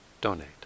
donate